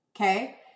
okay